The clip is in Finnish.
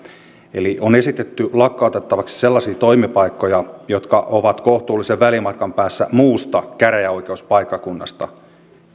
on esitetty lakkautettavaksi sellaisia toimipaikkoja jotka ovat kohtuullisen välimatkan päässä muusta käräjäoikeuspaikkakunnasta